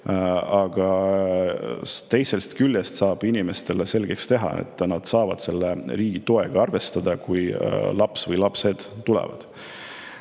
aga teisest küljest saab ta inimestele selgeks teha, et nad saavad riigi toega arvestada, kui laps või lapsed tulevad.